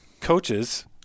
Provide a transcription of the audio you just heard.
coaches